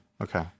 Okay